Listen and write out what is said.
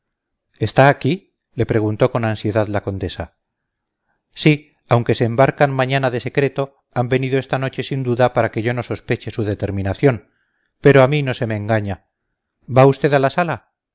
está aquí le preguntó con ansiedad la condesa sí aunque se embarcan mañana de secreto han venido esta noche sin duda para que yo no sospeche su determinación pero a mí no se me engaña va usted a la sala